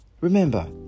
Remember